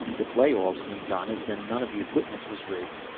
the play all seemed honest and none of the equipment was rigged.